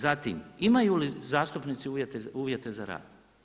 Zatim, imaju li zastupnici uvjete za rad?